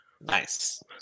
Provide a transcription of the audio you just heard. Nice